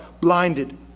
blinded